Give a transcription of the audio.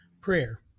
prayer